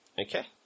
Okay